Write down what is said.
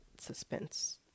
suspense